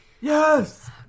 Yes